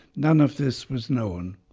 none of this was known.